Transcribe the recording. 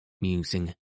musing